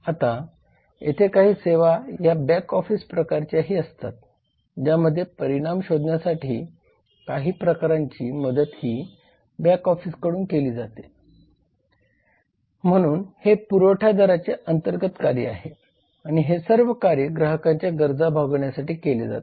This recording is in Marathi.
आता येथे काही सेवा या बॅकऑफिस प्रकारच्याही असतात ज्यामध्ये परिणाम शोधण्यासाठी काही प्रकारांची मदत ही बॅकऑफिस कढून केली जाते म्हणून हे पुरवठादाराचे अंर्तगत कार्य आहे आणि हे सर्व कार्य ग्राहकांच्या गरजा भागविण्यासाठी केले जातात